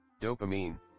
Dopamine